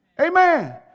Amen